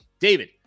David